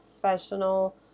professional